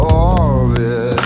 orbit